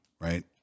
right